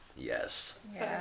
Yes